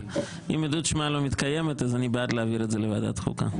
אם עדות שמיעה לא מתקיימת אז אני בעד להעביר את זה לוועדת חוקה.